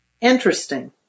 Interesting